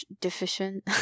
Deficient